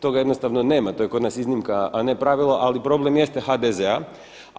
Toga jednostavno nema, to je kod nas iznimka, a ne pravilo, ali problem jeste HDZ-a.